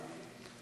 בבקשה.